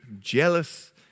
jealous